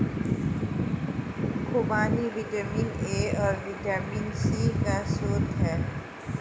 खूबानी vitamin A और vitamin C का स्रोत है